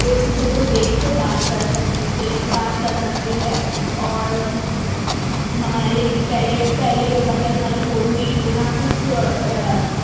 ایک دوسرے کو دیکھ کے بات کر سکتے تھے بات کر سکتے ہیں اور ہمارے پہلے پہلے کے بٹن والے فون میں اتنا کچھ